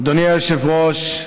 אדוני היושב-ראש,